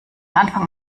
anfang